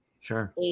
sure